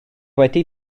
wedi